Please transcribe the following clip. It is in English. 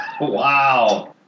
Wow